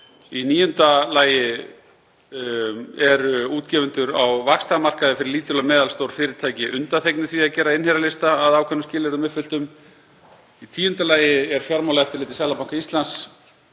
Í níunda lagi eru útgefendur á vaxtamarkaði fyrir lítil og meðalstór fyrirtæki undanþegnir því að gera innherjalista, að ákveðnum skilyrðum uppfylltum. Í tíunda lagi eru Fjármálaeftirliti Seðlabanka Íslands